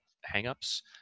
hang-ups